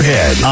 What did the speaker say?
Head